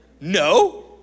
No